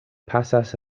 pasas